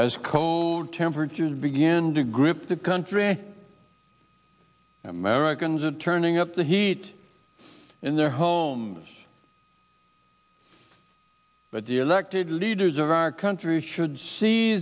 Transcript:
as cold temperatures begin to grip the country americans are turning up the heat in their home but the elected leaders of our country should se